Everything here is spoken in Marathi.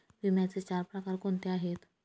विम्याचे चार प्रकार कोणते आहेत?